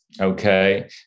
okay